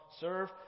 serve